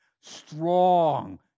strong